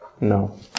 No